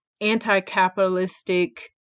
anti-capitalistic